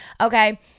Okay